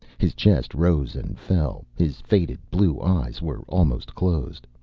his chest rose and fell. his faded blue eyes were almost closed.